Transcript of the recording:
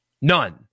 None